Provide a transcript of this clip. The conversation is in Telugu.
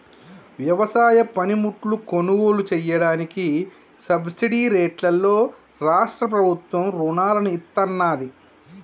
వ్యవసాయ పనిముట్లు కొనుగోలు చెయ్యడానికి సబ్సిడీ రేట్లలో రాష్ట్ర ప్రభుత్వం రుణాలను ఇత్తన్నాది